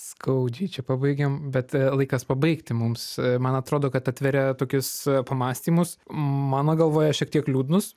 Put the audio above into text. skaudžiai čia pabaigėm bet laikas pabaigti mums man atrodo kad atveria tokius pamąstymus mano galvoje šiek tiek liūdnus